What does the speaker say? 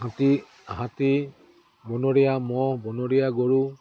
হাতী হাতী বনৰীয়া ম'হ বনৰীয়া গৰু